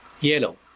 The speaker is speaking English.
yellow